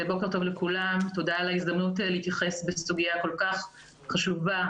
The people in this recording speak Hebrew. תודה על ההזדמנות להתייחס בסוגיה כל כך חשובה.